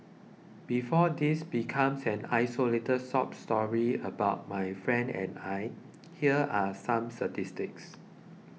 before this becomes an isolated sob story about my friend and I here are some statistics